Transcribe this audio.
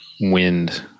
wind